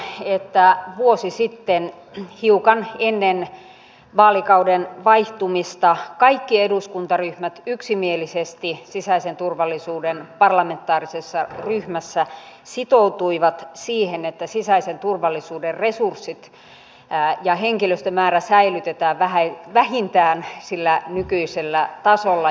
muistutan että vuosi sitten hiukan ennen vaalikauden vaihtumista kaikki eduskuntaryhmät yksimielisesti sisäisen turvallisuuden parlamentaarisessa ryhmässä sitoutuivat siihen että sisäisen turvallisuuden resurssit ja henkilöstömäärä säilytetään vähintään nykyisellä tasolla